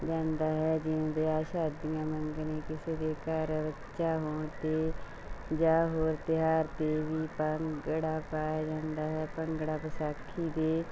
ਜਾਂਦਾ ਹੈ ਜਿਵੇਂ ਵਿਆਹ ਸ਼ਾਦੀਆਂ ਮੰਗਣੀ ਕਿਸੇ ਦੇ ਘਰ ਬੱਚਾ ਹੋਣ 'ਤੇ ਜਾਂ ਹੋਰ ਤਿਉਹਾਰ 'ਤੇ ਵੀ ਭੰਗੜਾ ਪਾਇਆ ਜਾਂਦਾ ਹੈ ਭੰਗੜਾ ਵਿਸਾਖੀ ਦੇ